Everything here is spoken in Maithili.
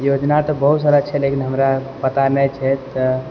योजना तऽ बहुत सारा छै लेकिन हमरा पता नहि छै तऽ